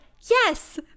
yes